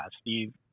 Steve